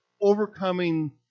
overcoming